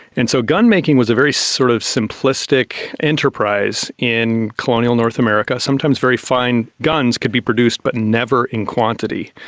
and so gun making was a very sort of simplistic enterprise in colonial north america, sometimes very fine guns could be produced but never in quantity,